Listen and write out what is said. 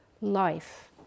life